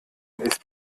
ist